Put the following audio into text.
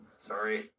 Sorry